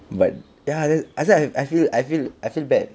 but ya that's actually I've I feel I feel I feel bad